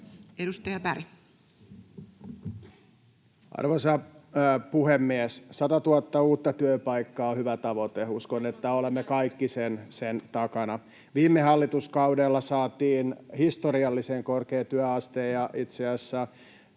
Edustaja Berg. Arvoisa puhemies! 100 000 uutta työpaikkaa on hyvä tavoite. Uskon, että olemme kaikki sen takana. Viime hallituskaudella saatiin historiallisen korkea työaste, ja itse asiassa